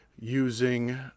using